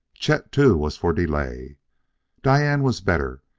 chet, too, was for delay diane was better,